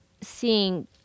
seeing